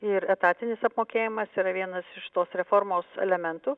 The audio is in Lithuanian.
ir etatinis apmokėjimas yra vienas iš tos reformos elementų